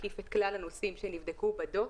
להקיף את כלל הנושאים שנבדקו בדוח.